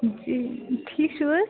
ٹھیٖک چھِو حظ